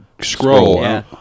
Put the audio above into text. scroll